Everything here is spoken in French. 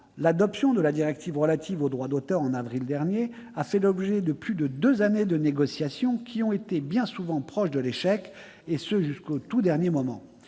l'adoption de la directive relative au droit d'auteur en avril dernier a fait l'objet de plus de deux années de négociations, qui ont été bien souvent proches de l'échec, et ce jusqu'au tout dernier moment.